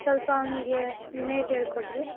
ಸ್ವಲ್ಪ ಅವನಿಗೆ ವಿನಯತೆ ಹೇಳಿಕೊಡಿರಿ